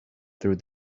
through